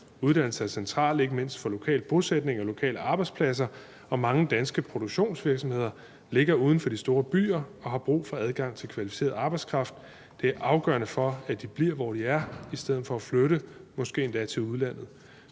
Uddannelser er centrale, ikke mindst for lokal bosætning og lokale arbejdspladser, og mange danske produktionsvirksomheder ligger uden for de store byer og har brug for adgang til kvalificeret arbejdskraft. Det er afgørende for, at de bliver, hvor de er, i stedet for at flytte, måske endda til udlandet.